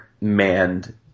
manned